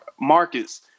markets